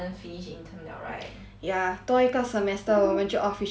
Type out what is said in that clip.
ya 多一个 semester 我们就 officially graduate from poly liao